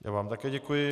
Já vám také děkuji.